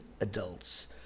adults